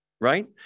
right